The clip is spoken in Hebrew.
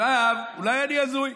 אולי אני הזוי.